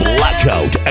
Blackout